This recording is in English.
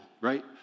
right